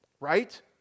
Right